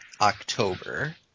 October